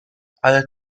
ale